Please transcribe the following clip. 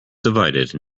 divided